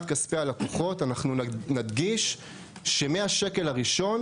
כספי הלקוחות אנחנו נדגיש שמהשקל הראשון,